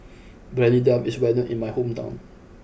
Briyani Dum is well known in my hometown